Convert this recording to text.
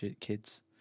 kids